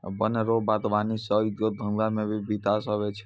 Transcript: वन रो वागबानी सह उद्योग धंधा मे भी बिकास हुवै छै